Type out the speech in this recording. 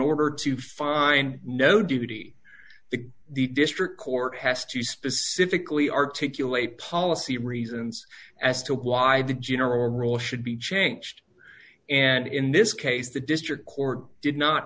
order to find no duty the district court has to specifically articulate policy reasons as to why the general rule should be changed and in this case the district court did not